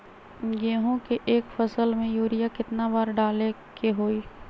गेंहू के एक फसल में यूरिया केतना बार डाले के होई?